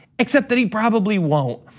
except that he probably won't.